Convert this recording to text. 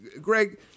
Greg